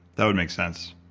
that would make sense